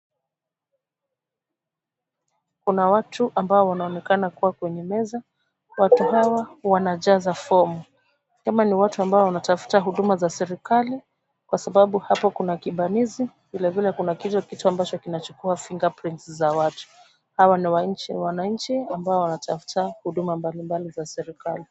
Kuna watu ambao wanaonekana kuwa kwenye meza, watu hawa wanajaza fomu. Kama ni watu ambao wanatafuta huduma za serikali, kwa sababu hapo kuna kibanizi vilevile kuna kitu kitu ambacho kinachukua fingerprints za watu. Hawa ni wa nchi wananchi ambao wanatafuta huduma mbalimbali za serikali.